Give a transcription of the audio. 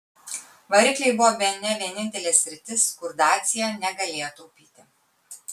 varikliai buvo bene vienintelė sritis kur dacia negalėjo taupyti